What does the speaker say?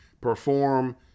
perform